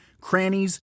crannies